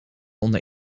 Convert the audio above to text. onder